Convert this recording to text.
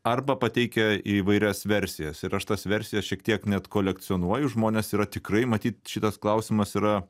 arba pateikia įvairias versijas ir aš tas versijas šiek tiek net kolekcionuoju žmonės yra tikrai matyt šitas klausimas yra